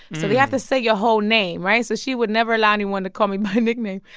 so they have to say your whole name, right? so she would never allow anyone to call me my nickname.